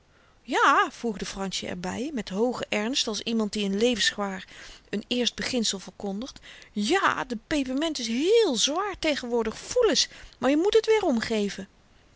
ja voegde fransjen er by met hoogen ernst als iemand die in levensgevaar n eerst beginsel verkondigt ja de peperment is heel zwaar tegenwoordig voel eens maar je moet t weeromgeven